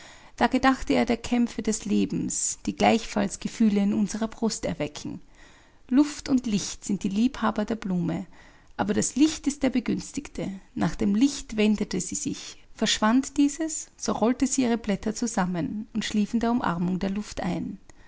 da gedachte er der kämpfe des lebens die gleichfalls gefühle in unserer brust erwecken luft und licht sind die liebhaber der blume aber das licht ist der begünstigte nach dem licht wendete sie sich verschwand dieses so rollte sie ihre blätter zusammen und schlief in der umarmung der luft ein